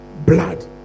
Blood